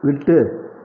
விட்டு